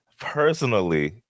personally